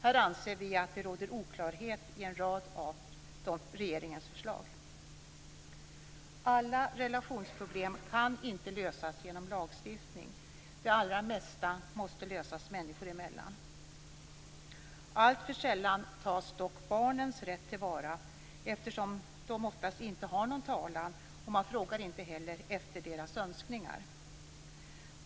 Här anser vi att det råder oklarhet i en rad av regeringens förslag. Alla relationsproblem kan inte lösas genom lagstiftning. Det allra mesta måste lösas människor emellan. Alltför sällan tas dock barnens rätt till vara, eftersom de oftast inte har någon talan, och man frågar inte heller efter deras önskningar.